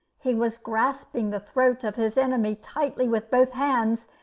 he was grasping the throat of his enemy tightly with both hands,